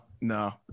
no